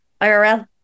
IRL